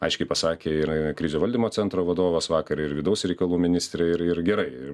aiškiai pasakė ir krizių valdymo centro vadovas vakar ir vidaus reikalų ministrė ir ir gerai